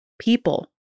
People